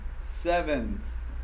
sevens